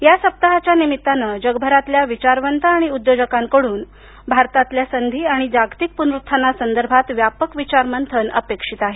या सप्ताहाच्या निर्मित्तानं जगभरातल्या विचारवंत आणि उद्योजकांकडून भारतातल्या संधी आणि जागतिक पुनरुत्थानासंदर्भात व्यापक विचारमंथन अपेक्षित आहे